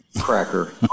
Cracker